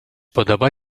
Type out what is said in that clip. podoba